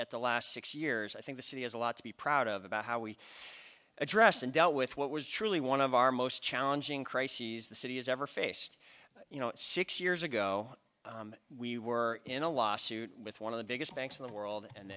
at the last six years i think the city has a lot to be proud of about how we addressed and dealt with what was truly one of our most challenging crises the city has ever faced you know six years ago we were in a lawsuit with one of the biggest banks in the world and